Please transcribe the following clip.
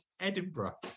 Edinburgh